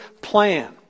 plan